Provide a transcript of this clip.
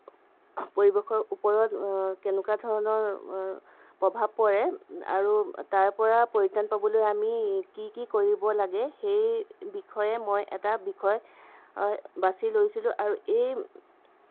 আমাৰ পৰিৱেশৰ ওপৰত কেনেকুৱা ধৰণৰ প্ৰভাৱ পৰে আৰু তাৰ পৰা পৰিত্ৰাণ পাবলৈ আমি কি কি কৰিব লাগে সেই বিষয়ে মই এটা বিষয় বাছি লৈছিলোঁ আৰু এই